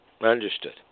Understood